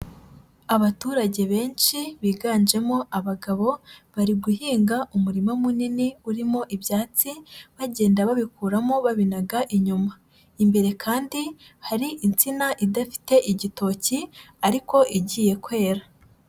Abaturage benshi biganjemo abagabo, bari guhinga umurima munini urimo ibyatsi, bagenda babikuramo babinaga inyuma. Imbere kandi hari insina idafite igitoki ariko igiye kwera.